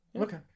okay